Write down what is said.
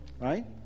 right